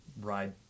ride